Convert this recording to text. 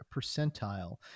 percentile